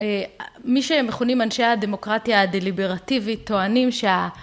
מי שהם מכונים אנשי הדמוקרטיה הדליברטיבית טוענים שה